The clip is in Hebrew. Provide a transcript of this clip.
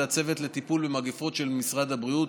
זה הצוות לטיפול במגיפות של משרד הבריאות.